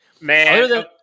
Man